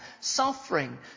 suffering